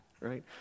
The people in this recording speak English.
right